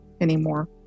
anymore